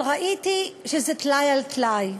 אבל ראיתי שזה טלאי על טלאי.